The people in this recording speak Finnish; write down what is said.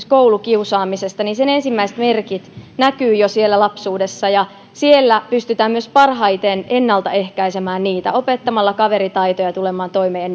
koulukiusaamisesta että sen ensimmäiset merkit näkyvät jo siellä lapsuudessa ja siellä pystytään myös parhaiten ennaltaehkäisemään sitä opettamalla kaveritaitoja tulemaan toimeen